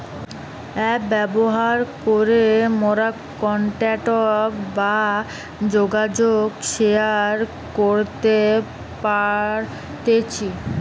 app ব্যবহার করে মোরা কন্টাক্ট বা যোগাযোগ শেয়ার করতে পারতেছি